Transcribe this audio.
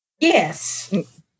Yes